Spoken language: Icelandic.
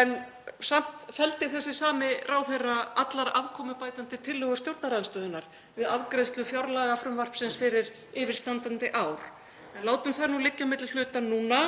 en samt felldi þessi sami ráðherra allar afkomubætandi tillögur stjórnarandstöðunnar við afgreiðslu fjárlagafrumvarpsins fyrir yfirstandandi ár, en látum það nú liggja milli hluta núna.